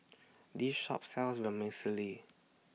This Shop sells Vermicelli